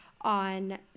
on